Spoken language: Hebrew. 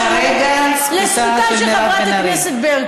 כרגע זכותה של מירב בן ארי.